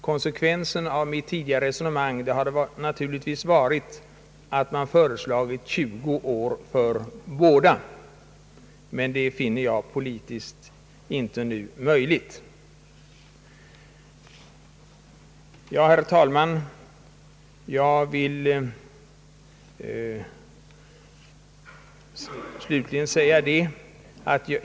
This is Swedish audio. Konsekvensen av mitt tidigare resonemang borde naturligtvis ha varit att föreslå att äktenskapsåldern bestämmes till 20 år för både man och kvinna, men det finner jag nu inte vara politiskt möjligt.